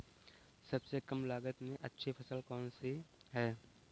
सबसे कम लागत में अच्छी फसल कौन सी है?